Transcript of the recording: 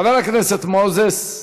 חבר הכנסת מוזס,